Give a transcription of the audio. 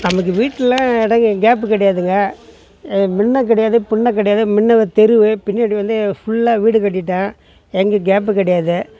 நமக்கு வீட்டில் இடங்க கேப்பு கிடையாதுங்க முன்ன கிடையாது பின்ன கிடையாது முன்னவ தெரு பின்னாடி வந்து ஃபுல்லாக வீடு கட்டிட்டேன் எங்கே கேப்பு கிடையாது